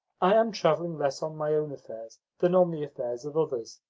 i am travelling less on my own affairs than on the affairs of others.